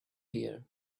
here